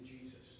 Jesus